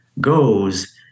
goes